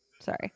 sorry